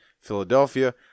Philadelphia